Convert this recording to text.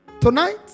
Tonight